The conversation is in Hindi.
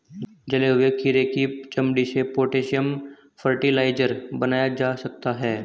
जले हुए खीरे की चमड़ी से पोटेशियम फ़र्टिलाइज़र बनाया जा सकता है